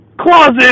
closet